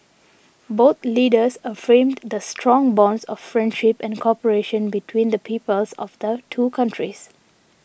both leaders affirmed the strong bonds of friendship and cooperation between the peoples of the two countries